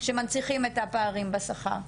שמנציחים את הפערים בשכר.